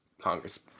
Congress